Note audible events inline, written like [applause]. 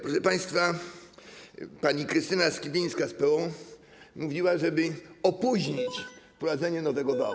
Proszę państwa, pani Krystyna Sibińska z PO mówiła, żeby opóźnić [noise] wprowadzenie nowego wału.